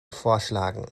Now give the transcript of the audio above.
vorschlagen